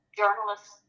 journalists